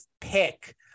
pick